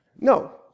No